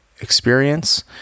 experience